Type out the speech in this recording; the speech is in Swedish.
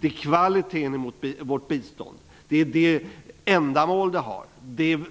Det är kvaliteten i vårt bistånd, det ändamål det har,